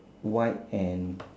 white and